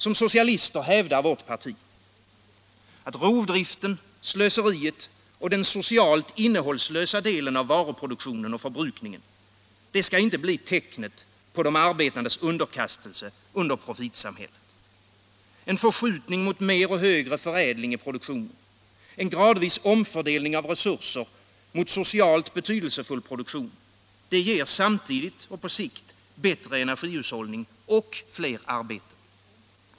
Som socialister hävdar vi i vårt parti: Rovdriften, slöseriet och den socialt innehållslösa varuproduktionen och förbrukningen skall inte bli tecknet på de arbetandes underkastelse under profitsamhället. En förskjutning mot mer och högre förädling i produktionen, en gradvis omfördelning av resurser mot socialt betydelsefull produktion, det ger sam 47 tidigt och på sikt bättre energihushållning och fler arbeten.